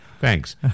Thanks